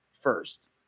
first